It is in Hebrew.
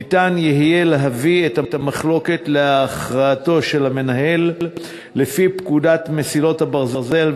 ניתן יהיה להביא את המחלוקת להכרעתו של המנהל לפי פקודת מסילות הברזל,